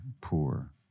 poor